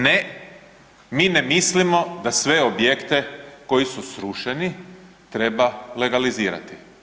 Ne, mi ne mislimo da sve objekte koji su srušeni treba legalizirati.